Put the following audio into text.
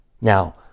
Now